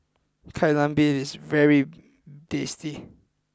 Kai Lan Beef is very tasty